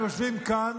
הם יושבים כאן